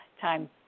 time